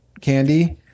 candy